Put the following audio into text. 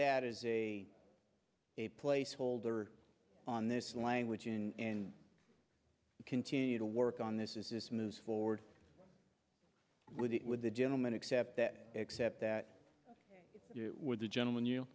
that is a a placeholder on this language and we continue to work on this is this moves forward with the with the gentleman except that except that the gentleman you